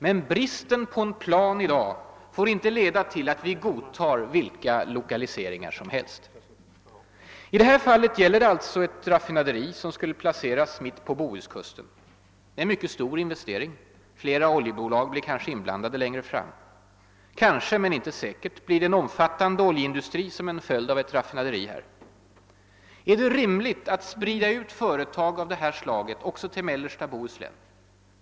Men bristen på plan i dag får inte leda till att vi godtar vilka lokaliseringar som helst. I det här fallet gäller det alltså ett raffinaderi som skulle placeras mitt på Bohuskusten. Det är en mycket stor investering, flera oljebolag blir kanske inblandade längre fram. Kanske, men inte säkert, blir det en omfattande oljeindustri som en följd av ett raffinaderi här. Är det rimligt att sprida ut företag av det här slaget också till mellersta Bohuslän?